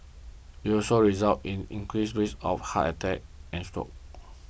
it also resulted in increased risk of heart attacks and strokes